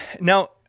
Now